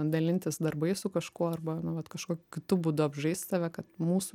dalintis darbais su kažkuo arba nu vat kažkokiu kitu būdu apžaist tave kad mūsų